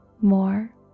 more